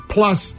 Plus